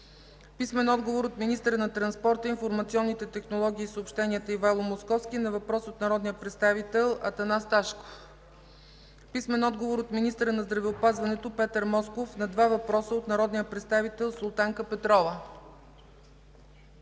Атанас Ташков; - от министъра на транспорта, информационните технологии и съобщенията Ивайло Московски на въпрос от народния представител Атанас Ташков; - от министъра на здравеопазването Петър Москов на два въпроса от народния представител Султанка Петрова;